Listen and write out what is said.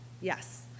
yes